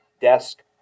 desk